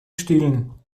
stillen